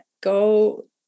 go